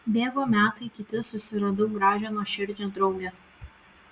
bėgo metai kiti susiradau gražią nuoširdžią draugę